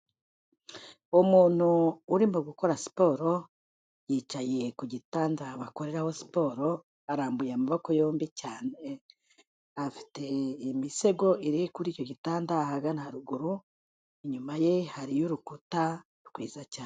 Umuntu urimo gukora siporo, yicaye ku gitanda bakoreraho siporo arambuye amaboko yombi, afite imisego iri kuri icyo gitanda ahagana haruguru, inyuma ye hariyo urukuta rwiza cyane.